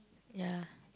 ya